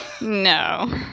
No